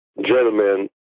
gentlemen